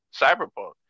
Cyberpunk